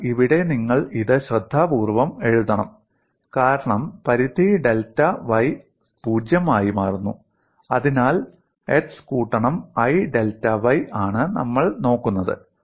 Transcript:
അതിനാൽ ഇവിടെ നിങ്ങൾ ഇത് ശ്രദ്ധാപൂർവ്വം എഴുതണം കാരണം പരിധി ഡെൽറ്റ y 0 ആയി മാറുന്നു അതിനാൽ x കൂട്ടണം i ഡെൽറ്റ y ആണ് നമ്മൾ നോക്കുന്നത്